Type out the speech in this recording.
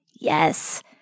Yes